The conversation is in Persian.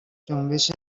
جنبش